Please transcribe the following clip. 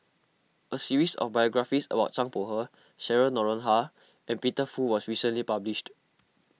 a series of biographies about Zhang Bohe Cheryl Noronha and Peter Fu was recently published